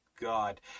God